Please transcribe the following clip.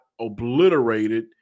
obliterated